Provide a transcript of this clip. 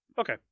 Okay